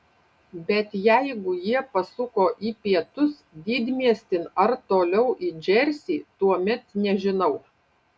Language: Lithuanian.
bet jeigu jie pasuko į pietus didmiestin ar toliau į džersį tuomet nežinau